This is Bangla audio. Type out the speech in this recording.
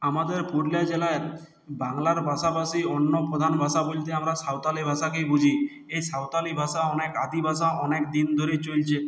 আমাদের পুরুলিয়া জেলায় বাংলার পাশাপাশি অন্য প্রধান ভাষা বলতে আমরা সাঁওতালি ভাষাকেই বুঝি এই সাঁওতালি ভাষা অনেক আদি ভাষা অনেকদিন ধরেই চলছে